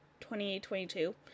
2022